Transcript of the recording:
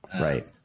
right